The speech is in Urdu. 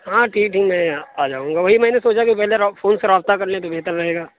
ہاں ٹھیک ہے میں آ جاؤں گا وہی میں نے سوچا کہ پہلے را فون سے رابطہ کر لیں تو بہتر رہے گا